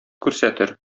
күрсәтер